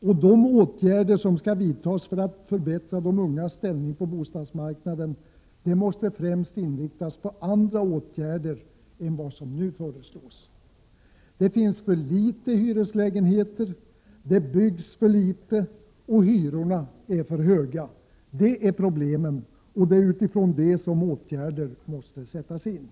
och de åtgärder som skall vidtas för att förbättra de ungas ställning på bostadsmarknaden måste främst inriktas på andra åtgärder än dem som nu föreslås. Det finns för få hyreslägenheter, det byggs för litet och hyrorna är för höga. Det är problemen, och det är utifrån detta som åtgärder måste sättas in.